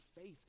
faith